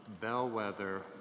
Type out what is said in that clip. bellwether